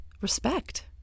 respect